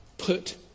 Put